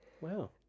Wow